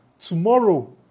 Tomorrow